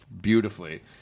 beautifully